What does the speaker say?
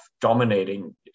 dominating